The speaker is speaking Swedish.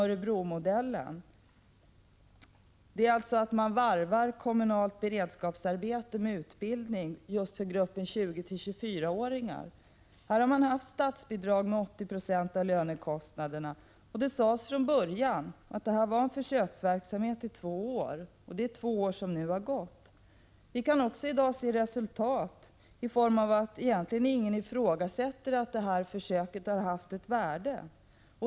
Örebromodellen innebär att kommunalt beredskapsarbete varvas med utbildning just för gruppen 20-24-åringar. Kommunen har fått statsbidrag med 80 2 av lönekostnaderna. Det sades från början att det var en försöksverksamhet i två år, och de två åren har nu gått. Det resultat vi kan se i dag är att ingen ifrågasätter att försöket har haft ett värde.